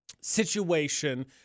situation